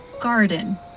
Garden